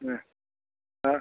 অঁ অঁ